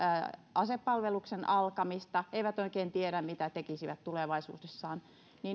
asepalveluksen alkamista eivät oikein tiedä mitä tekisivät tulevaisuudessaan